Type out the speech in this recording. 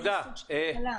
איזה סוג של תקלה?